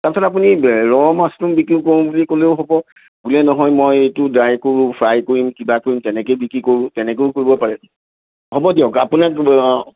তাৰপাছত আপুনি raw mushroom বিক্ৰী কৰোঁ বুলি কৰিলেও হ'ব বোলে নহয় মই এইটো ড্ৰাই কৰোঁ ফ্ৰাই কৰিম কিবা কৰিম তেনেকৈ বিক্ৰী কৰোঁ তেনেকৈয়ো কৰিব পাৰে হ'ব দিয়ক আপোনাক